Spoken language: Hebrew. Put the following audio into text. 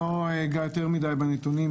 לא אגע יותר מדיי בנתונים.